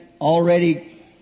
already